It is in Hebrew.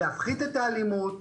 להפחית את האלימות,